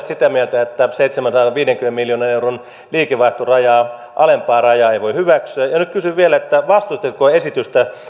sitä mieltä että seitsemänsadanviidenkymmenen miljoonan euron liikevaihtorajaa alempaa rajaa ei voi hyväksyä nyt kysyn vielä vastustitteko esitystä